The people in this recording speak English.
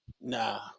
Nah